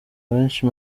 benshi